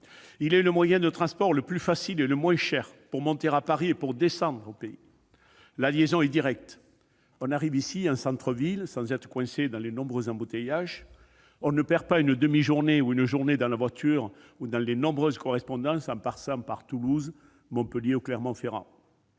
Il est le moyen de transport le plus facile et le moins cher pour monter à Paris ou pour descendre au pays. La liaison est directe. On arrive ici en centre-ville, sans être coincé dans les nombreux embouteillages. On ne perd pas une demi-journée ou une journée dans la voiture ou du fait des nombreuses correspondances en passant par Toulouse, Montpellier ou Clermont-Ferrand.